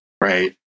right